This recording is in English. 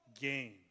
gain